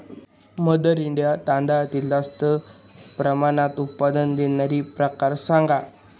mother India तांदळातील जास्त प्रमाणात उत्पादन देणारे प्रकार सांगा